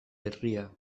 herria